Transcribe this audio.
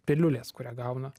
piliulės kurią gauna